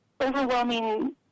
overwhelming